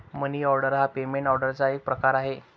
मनी order हा payment ऑर्डरचा एक प्रकार आहे